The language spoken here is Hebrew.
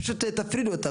פשוט תפרידו אותם.